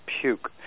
puke